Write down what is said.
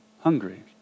hungry